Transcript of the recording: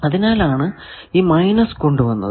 അതിനാലാണ് ഈ മൈനസ് കൊണ്ട് വന്നത്